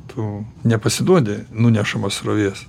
tu nepasiduodi nunešamas srovės